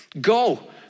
go